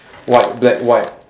white black white